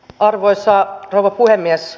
arvoisa rouva puhemies